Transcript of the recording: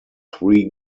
three